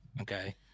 okay